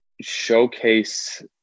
showcase